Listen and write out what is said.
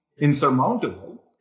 insurmountable